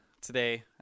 today